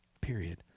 Period